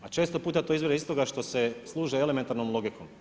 A često puta to izvire iz toga što se služe elementarnom logikom.